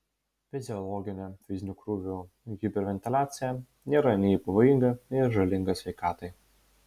fiziologinė fizinių krūvių hiperventiliacija nėra nei pavojinga nei žalinga sveikatai